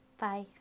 Bye